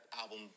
album